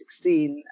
2016